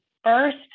first